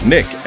Nick